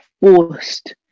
forced